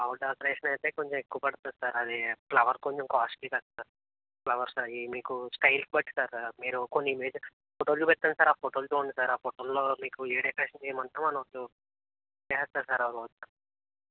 flower decoration అయితే కొంచెం ఎక్కువ పడుతుంది సార్ అది ఫ్లవర్స్ కొంచెం కాస్ట్లీ కదా సార్ ఫ్లవర్స్ అవి మీకు స్టైల్ బట్టి సార్ మీకు ఇమేజెస్ ఫోటోలు చూపిస్తాను సార్ ఆ ఫోటోలు చూడండి సార్ ఆ ఫొటోలలో మీకు ఏ డెకరేషన్ చేయమంటారో మన వాళ్ళు చేస్తారు సార్ ఆ రోజు